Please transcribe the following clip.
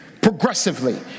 progressively